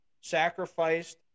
sacrificed